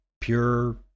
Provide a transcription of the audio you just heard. Pure